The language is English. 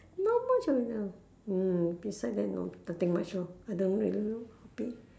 not much of a mm beside that no nothing much lor I don't really have hobby